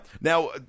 Now